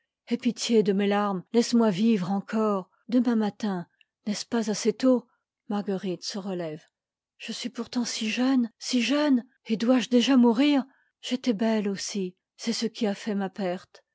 aie pitié de mes larmes laisse moi vivre encore demain matin n'est-ce pas assez tôt marguerite se relève je suis pourtant si jeune si jeune et dois-je déjà mourir j'étais belle aussi c'est ce qui a fait ma perte